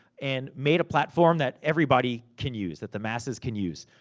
and, made a platform that everybody can use. that the masses can use.